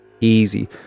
easy